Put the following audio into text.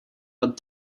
but